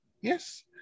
yes